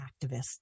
activists